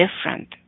different